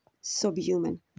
subhuman